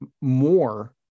more